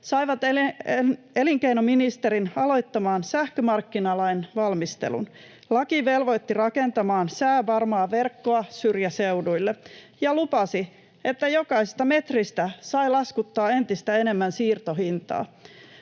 saivat elinkeinoministerin aloittamaan sähkömarkkinalain valmistelun. Laki velvoitti rakentamaan säävarmaa verkkoa syrjäseuduille ja lupasi, että jokaisesta metristä sai laskuttaa entistä enemmän siirtohintaa.